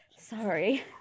Sorry